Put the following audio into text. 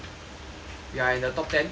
we are in the top ten